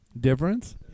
Difference